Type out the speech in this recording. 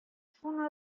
шуны